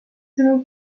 sõnul